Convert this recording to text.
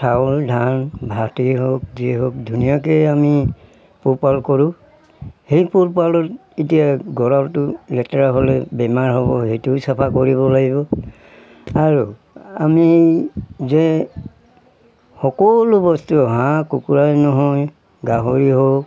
চাউল ধান ভাতেই হওক যি হওক ধুনীয়াকৈ আমি পোহপাল কৰোঁ সেই পোহপালত এতিয়া গঁৰালটো লেতেৰা হ'লে বেমাৰ হ'ব সেইটোও চাফা কৰিব লাগিব আৰু আমি যে সকলো বস্তু হাঁহ কুকুৰাই নহয় গাহৰি হওক